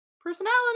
personality